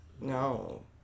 No